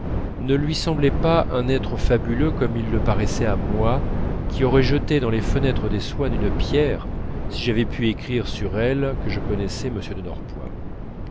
ne lui semblait pas un être fabuleux comme il le paraissait à moi qui aurais jeté dans les fenêtres de swann une pierre si j'avais pu écrire sur elle que je connaissais m de